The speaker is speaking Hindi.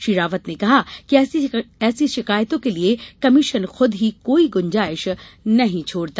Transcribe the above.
श्री रावत ने कहा कि ऐसी शिकायतों के लिए कमीशन खूद ही कोई गुंजाइश नहीं छोड़ता